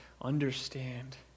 understand